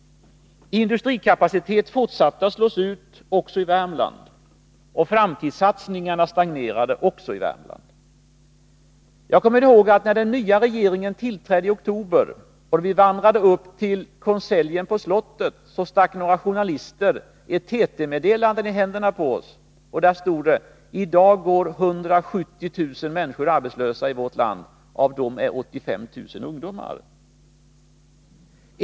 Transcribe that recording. Industrikapacitet fortsatte att slås ut också i Värmland. Även där stagnerade framtidssatsningarna. När den nya regeringen efter sitt tillträde i oktober 1982 vandrade upp till slottet för att hålla konselj, stack några journalister ett TT-meddelande i händerna på oss. På det stod: I dag går 170 000 människor arbetslösa i vårt land och av dem är 85 000 ungdomar.